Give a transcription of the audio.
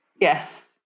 Yes